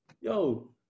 yo